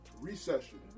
recession